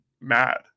mad